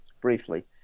briefly